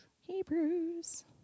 Hebrews